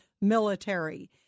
military